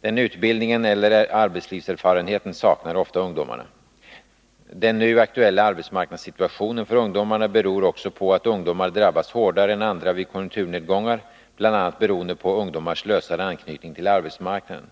Den utbildningen eller arbetslivserfarenheten saknar ofta ungdomarna. Den nu aktuella arbetsmarknadssituationen för ungdomarna beror också på att ungdomar drabbas hårdare än andra vid konjunkturnedgångar, bl.a. beroende på ungdomars lösare anknytning till arbetsmarknaden.